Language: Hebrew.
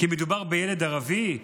כי מדובר בילד ערבי?